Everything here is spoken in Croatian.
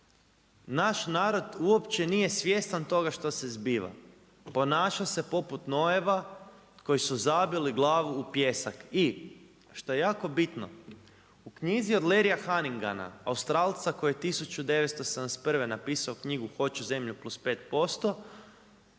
naš narod uopće nije svjestan toga što se zbiva. Ponaša se poput nojeva koji su zabili glavu u pijesak i što je jako bitno, u knjizi od Larryja Hannigana, Australca koji je 1971. napisao knjigu „Hoću zemlju plus pet